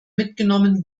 mitgenommen